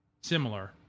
similar